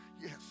yes